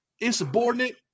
Insubordinate